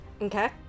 Okay